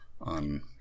on